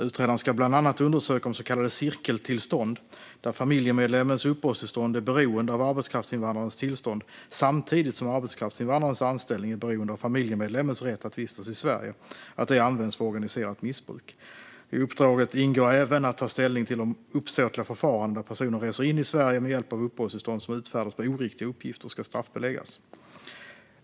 Utredaren ska bland annat undersöka om så kallade cirkeltillstånd, där familjemedlemmens uppehållstillstånd är beroende av arbetskraftsinvandrarens tillstånd samtidigt som arbetskraftsinvandrarens anställning är beroende av familjemedlemmens rätt att vistas i Sverige, används för organiserat missbruk. I uppdraget ingår även att ta ställning till om uppsåtliga förfaranden där personer reser in i Sverige med hjälp av uppehållstillstånd som utfärdats på oriktiga uppgifter ska straffbeläggas.